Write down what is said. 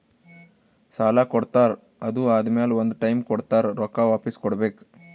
ಸಾಲಾ ಕೊಡ್ತಾರ್ ಅದು ಆದಮ್ಯಾಲ ಒಂದ್ ಟೈಮ್ ಕೊಡ್ತಾರ್ ರೊಕ್ಕಾ ವಾಪಿಸ್ ಕೊಡ್ಬೇಕ್